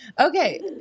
Okay